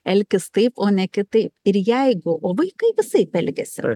elkis taip o ne kitaip ir jeigu o vaikai visaip elgiasi